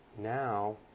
Now